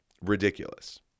ridiculous